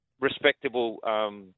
respectable